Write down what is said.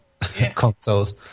consoles